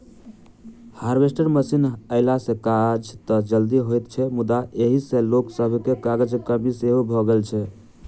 harvester machine अयला सॅ काज त जल्दी होइत छै मुदा एहि सॅ लोक सभके काजक कमी सेहो भ गेल छै